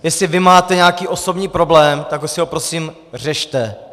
Jestli vy máte nějaký osobní problém, tak si ho prosím řešte.